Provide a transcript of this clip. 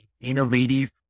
innovative